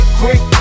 quick